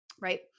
right